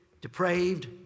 depraved